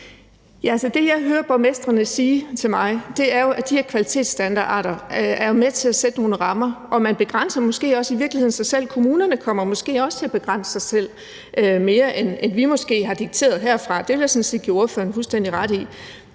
Det, jeg hører borgmestrene sige til mig, er jo, at de her kvalitetsstandarder er med til at sætte nogle rammer. Og kommunerne kommer måske også til at begrænse sig selv mere, end vi måske har dikteret herfra. Det vil jeg sådan set give ordføreren fuldstændig ret i.